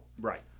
Right